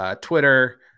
Twitter